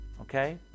Okay